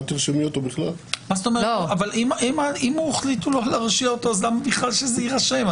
למה בכלל שזה יירשם?